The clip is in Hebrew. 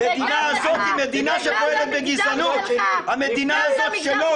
המדינה הזו היא מדינת ישראל, מדינה אחת.